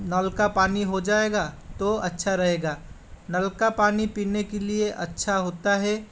नल का पानी हो जाएगा तो अच्छा रहेगा नल का पानी पीने के लिए अच्छा होता है